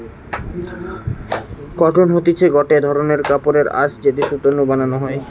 cotton হতিছে গটে ধরণের কাপড়ের আঁশ যেটি সুতো নু বানানো হয়